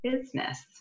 business